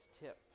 tip